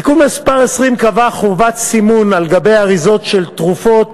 תיקון מס' 20 קבע חובת סימון על אריזות של תרופות